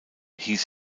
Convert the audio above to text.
hieß